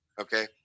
Okay